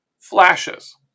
flashes